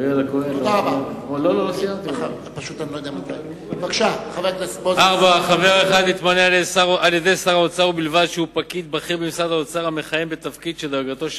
סעיף 71 לתקנון מפעל הפיס קובע כי הדירקטוריון של החברה ימנה